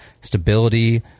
stability